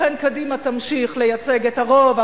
לכן קדימה תמשיך לייצג את הרוב,